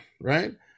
Right